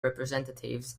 representatives